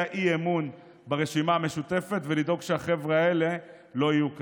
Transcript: אי-אמון ברשימה המשותפת ולדאוג שהחבר'ה האלה לא יהיו כאן.